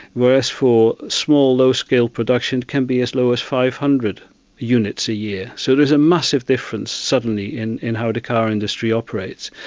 whereas for small low-scale production can be as low as five hundred units a year. so there's a massive difference suddenly in in how the car industry operates.